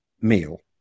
meal